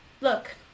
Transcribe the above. Look